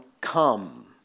come